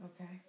Okay